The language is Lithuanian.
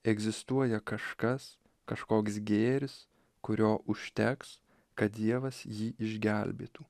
egzistuoja kažkas kažkoks gėris kurio užteks kad dievas jį išgelbėtų